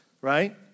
right